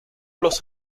los